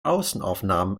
außenaufnahmen